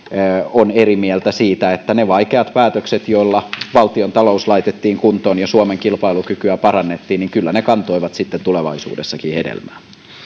on eri mieltä siitä että ne vaikeat päätökset joilla valtiontalous laitettiin kuntoon ja suomen kilpailukykyä parannettiin kyllä kantoivat sitten tulevaisuudessakin hedelmää